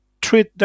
treat